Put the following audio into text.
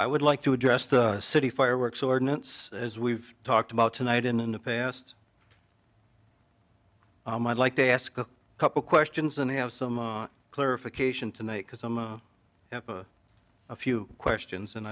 i would like to address the city fireworks ordinance as we've talked about tonight in the past i like to ask a couple questions and have some clarification tonight because i'm a few questions and